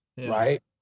right